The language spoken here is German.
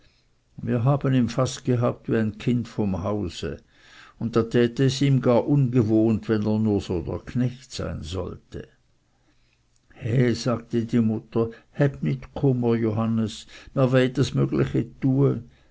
wir haben ihn fast gehabt wie ein kind vom hause und da täte es ihm gar ungewohnt wenn er nur so der knecht sein sollte he sagte die mutter häb nit kummer johannes mir wey ds mügliche tue